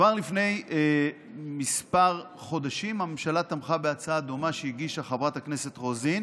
כבר לפני כמה חודשים הממשלה תמכה בהצעה דומה שהגישה חברת הכנסת רוזין